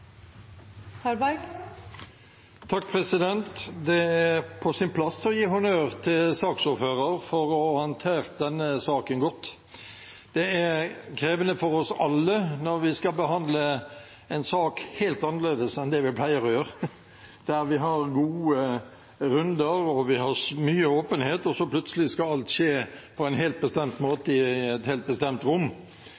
på sin plass å gi honnør til saksordføreren for å ha håndtert denne saken godt. Det er krevende for oss alle når vi skal behandle en sak helt annerledes enn det vi pleier å gjøre, der vi har gode runder og mye åpenhet, og så skal plutselig alt skje på en helt bestemt